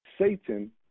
Satan